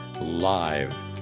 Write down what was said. live